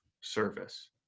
service